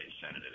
Senate